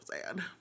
sad